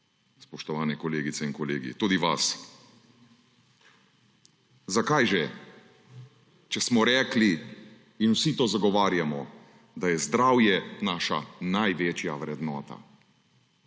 spoštovani kolegice in kolegi, tudi vas. Zakaj že? Če smo rekli in vsi to zagovarjamo, da je zdravje naša največja vrednota,